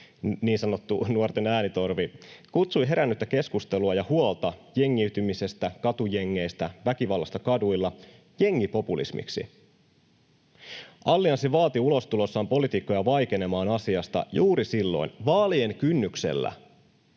niin sanottu nuorten äänitorvi, kutsui herännyttä keskustelua ja huolta jengiytymisestä, katujengeistä, väkivallasta kaduilla jengipopulismiksi. Allianssi vaati ulostulossaan poliitikkoja vaikenemaan asiasta juuri silloin — vaalien kynnyksellä